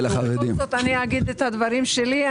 בכל זאת אני אומר את הדברים שלי.